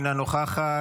אינה נוכחת,